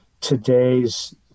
today's